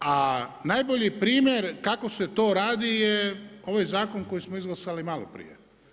A najbolji primjer kako se to radi je ovaj zakon koji smo izglasali maloprije.